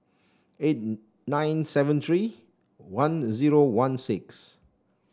eight nine seven three one zero one six